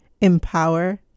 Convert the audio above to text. empower